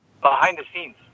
behind-the-scenes